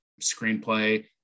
screenplay